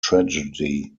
tragedy